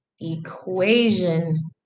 Equation